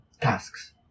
tasks